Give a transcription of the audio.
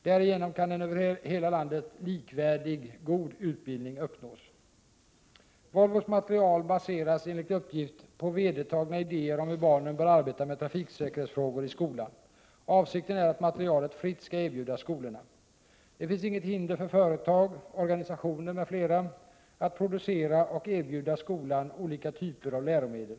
Därigenom kan en över hela landet likvärdig, god utbildning uppnås. Volvos material baseras — enligt uppgift — på vedertagna idéer om hur barnen bör arbeta med trafiksäkerhetsfrågor i skolan. Avsikten är att materialet fritt skall erbjudas skolorna. Det finns inget hinder för företag, organisationer m.fl. att producera och erbjuda skolan olika typer av läromedel.